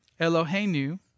Eloheinu